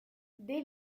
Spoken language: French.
dès